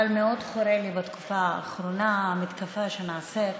אבל מאוד חורה לי, בתקופה האחרונה, המתקפה שנעשית